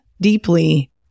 deeply